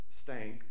stank